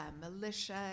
militia